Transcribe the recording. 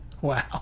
wow